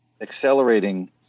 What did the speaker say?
accelerating